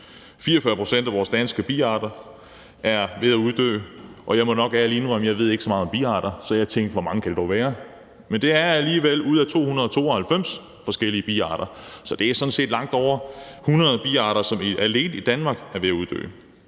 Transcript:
44 pct. af vores danske biarter er ved at uddø, og jeg må nok ærligt indrømme, at jeg ikke ved så meget om biarter, så jeg tænkte: Hvor mange kan det dog være? Men det er alligevel ud af 292 forskellige biarter, så det er sådan set langt over 100 biarter, som alene i Danmark er ved at uddø,